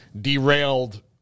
derailed